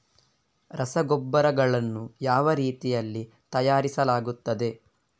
ರಸಗೊಬ್ಬರಗಳನ್ನು ಯಾವ ರೀತಿಯಲ್ಲಿ ತಯಾರಿಸಲಾಗುತ್ತದೆ?